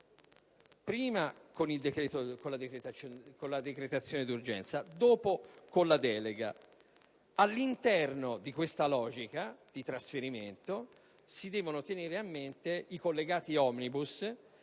prima con la decretazione d'urgenza, dopo con la delega. All'interno di questa logica di trasferimento si devono tenere a mente i collegati *omnibus*